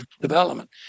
development